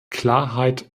klarheit